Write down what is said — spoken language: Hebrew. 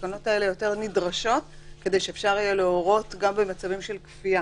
התקנות האלה יותר נדרשות כדי להורות גם במצבים של כפייה.